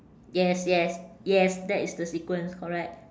yes yes yes that is the sequence correct